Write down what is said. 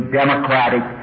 democratic